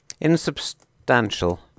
Insubstantial